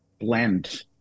blend